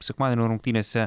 sekmadienio rungtynėse